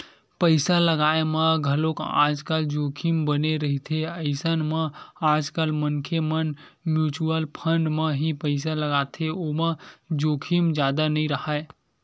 पइसा लगाय म घलोक आजकल जोखिम बने रहिथे अइसन म आजकल मनखे मन म्युचुअल फंड म ही पइसा लगाथे ओमा जोखिम जादा नइ राहय